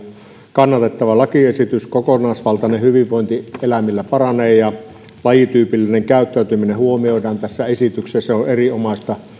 kannatettava lakiesitys kokonaisvaltainen hyvinvointi eläimillä paranee ja lajityypillinen käyttäytyminen huomioidaan tässä esityksessä se on erinomaista